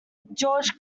george